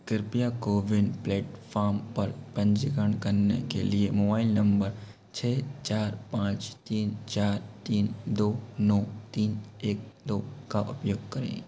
कृपया कोविन प्लेटफ़ॉर्म पर पंजीकरण करने के लिए मोबाइल नंबर छः चार पाँच तीन चार तीन दो नौ तीन एक दो का उपयोग करें